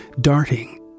darting